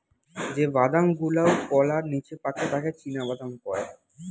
যে বাদাম গুলাওকলার নিচে পাকে তাকে চীনাবাদাম কয়